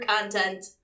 content